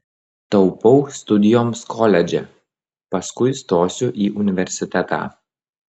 taupau studijoms koledže paskui stosiu į universitetą